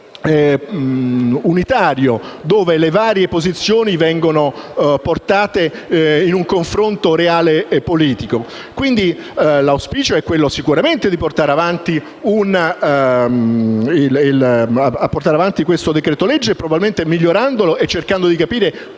unitario, dove le varie posizioni vengono portate in un confronto reale e politico. Quindi, l'auspicio è sicuramente di portare avanti questo disegno di legge, probabilmente migliorandolo e cercando di capire quali